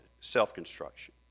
self-construction